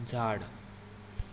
झाड